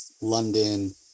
London